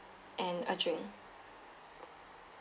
and a drink